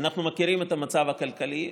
אבל אנחנו מכירים את המצב הכלכלי,